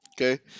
Okay